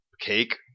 cake